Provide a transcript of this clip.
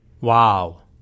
Wow